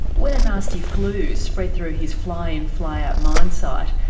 when a nasty flu spread through his fly-in fly-out mine site,